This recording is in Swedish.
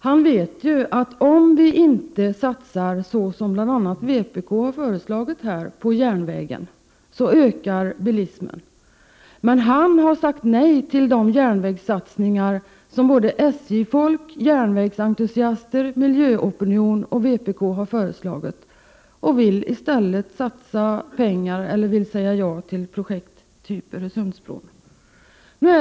Han vet ju att om vi inte satsar på järnvägen så som bl.a. vpk har föreslagit ökar bilismen. Per Stenmarck har emellertid sagt nej till de järnvägssatsningar som både SJ-folk, järnvägsentusiaster, miljöopinion och vpk har föreslagit och vill istället säga ja till projekt av typ Öresundsbron.